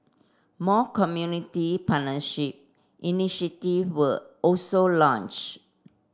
more community partnership initiative were also launched